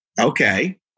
Okay